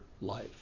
life